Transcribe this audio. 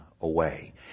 away